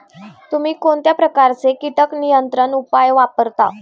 तुम्ही कोणत्या प्रकारचे कीटक नियंत्रण उपाय वापरता?